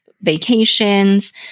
vacations